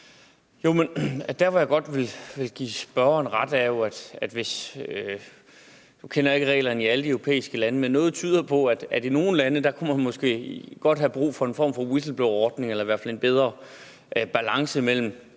Jo, men der er noget, jeg godt vil give spørgeren ret i. Nu kender jeg ikke reglerne i alle de europæiske lande, men noget tyder jo på, at de måske i nogle lande godt kunne have brug for en form for whistleblowerordning, eller at der i hvert fald er en bedre balance mellem